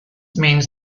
means